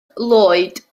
lloyd